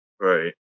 Right